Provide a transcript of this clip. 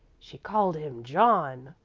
she called him john.